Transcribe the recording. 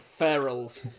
ferals